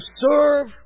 serve